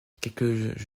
quelques